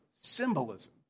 symbolism